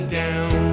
down